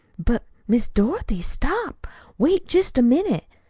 but, miss dorothy, stop wait jest a minute.